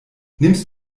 nimmst